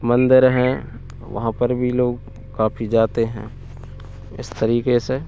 मंदिर हैं वहाँ पर भी लोग काफ़ी जाते हैं इस तरीक़े से